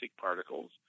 particles